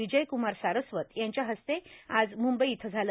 विजय क्रमार सारस्वत यांच्या हस्ते आज मुंबईत झालं